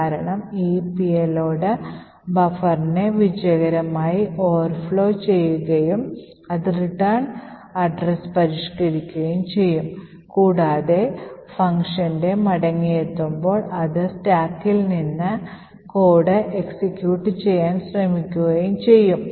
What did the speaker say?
കാരണം ഈ പേലോഡ് ബഫറിനെ വിജയകരമായി ഓവർഫ്ലോ ചെയ്യുകയും അത് റിട്ടേൺ വിലാസം പരിഷ്കരിക്കുകയും ചെയ്യും കൂടാതെ ഫംഗ്ഷന്റെ മടങ്ങിയെത്തുമ്പോൾ അത് സ്റ്റാക്കിൽ നിന്ന് കോഡ് എക്സിക്യൂട്ട് ചെയ്യാൻ ശ്രമിക്കുകയും ചെയ്യും